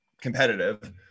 competitive